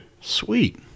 Sweet